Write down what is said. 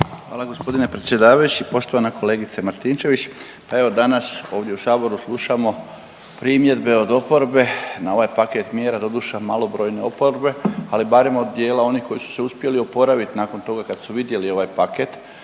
Hvala g. predsjedavajući. Poštovana kolegice Martinčević, pa evo danas ovdje u saboru slušamo primjedbe od oporbe na ovaj paket mjera, doduše malobrojne oporbe, ali barem od dijela onih koji su se uspjeli oporavit nakon toga kad su vidjeli ovaj paket